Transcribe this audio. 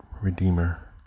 Redeemer